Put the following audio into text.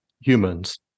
humans